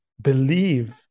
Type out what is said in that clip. believe